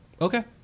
Okay